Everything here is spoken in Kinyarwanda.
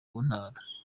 ntara